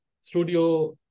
studio